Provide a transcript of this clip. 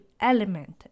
element